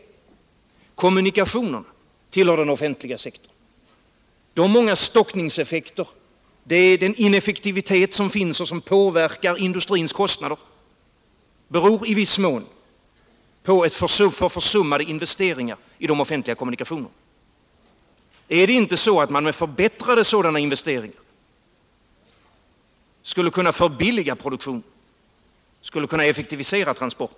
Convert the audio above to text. Kommunikationerna tillhör den offentliga sektorn. De många stockningseffekterna och den ineffektivitet som finns och som påverkar industrins kostnader beror i viss mån på försummade investeringar i de offentliga kommunikationerna. Skulle man inte med förbättrade sådana investeringar kunna effektivisera transporterna och därmed förbilliga produktionen?